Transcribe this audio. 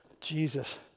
Jesus